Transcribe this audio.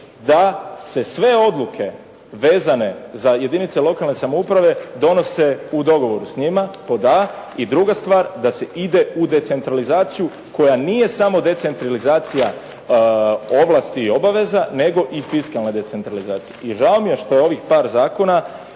da se sve odluke vezane za jedinice lokalne samouprave donose u dogovoru s njima pod a i druga stvar da se ide u decentralizaciju koja nije samo decentralizacija ovlasti i obaveza, nego i fiskalna decentralizacija. I žao mi je što ovih par zakona